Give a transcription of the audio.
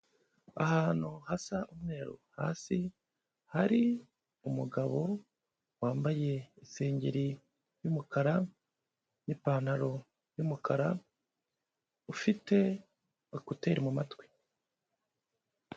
Ahantu hasa umweru hasi, hari umugabo wambaye isengeri y'umukara n'ipantaro y'umukara, ufite ekuteri mu matwi.